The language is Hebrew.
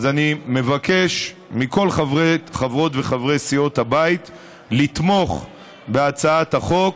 אז אני מבקש מכל חברות וחברי סיעות הבית לתמוך בהצעת החוק,